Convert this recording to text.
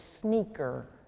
sneaker